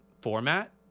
format